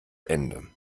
ende